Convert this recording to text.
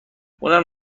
اونم